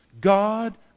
God